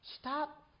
Stop